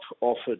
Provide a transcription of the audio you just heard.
offered